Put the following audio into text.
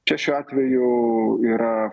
čia šiuo atveju yra